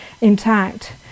intact